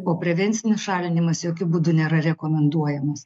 o prevencinis šalinimas jokiu būdu nėra rekomenduojamas